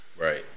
Right